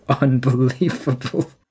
unbelievable